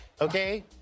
okay